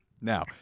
Now